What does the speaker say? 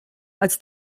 als